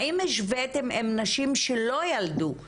האם השוויתם עם נשים שלא ילדו,